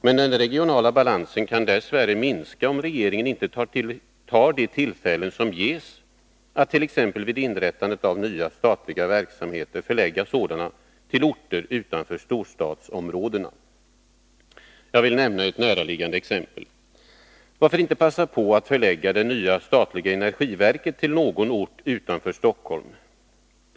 Men den regionala balansen kan dess värre försämras, om regeringen inte tar till vara de tillfällen som ges att t.ex. vid inrättandet av nya statliga verksamheter förlägga sådana till orter utanför storstadsområdena. Jag vill nämna ett näraliggande exempel. Varför inte passa på att förlägga det nya statliga energiverket till någon ort utanför Stockholm?